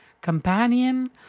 companion